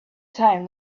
time